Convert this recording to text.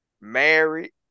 Married